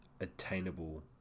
attainable